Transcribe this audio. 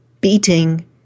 beating